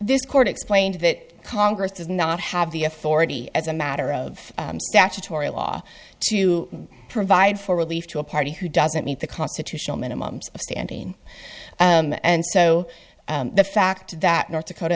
this court explained that congress does not have the authority as a matter of statutory law to provide for relief to a party who doesn't meet the constitutional minimums of standing and so the fact that north dakota